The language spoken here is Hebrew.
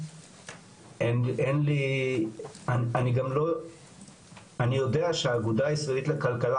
אין לי אני יודע שהאגודה הישראלית לכלכלה